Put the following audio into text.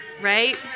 right